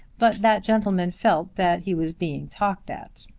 but that gentleman felt that he was being talked at.